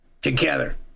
together